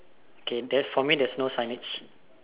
okay then for me there's no signage